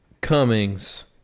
Cummings